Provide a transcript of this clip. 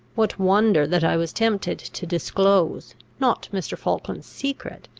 what wonder that i was tempted to disclose, not mr. falkland's secret,